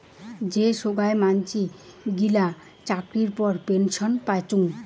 যে সোগায় মানসি গিলা চাকরির পর পেনসন পাইচুঙ